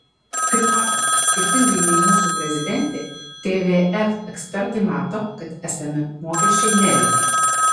kaip matome skirtingai nei mūsų prezidentė tvf ekspertai mato kad esami mokesčiai neveikia